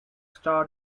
start